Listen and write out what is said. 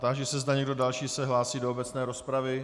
Táži se, zda někdo další se hlásí do obecné rozpravy.